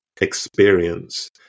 experience